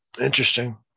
Interesting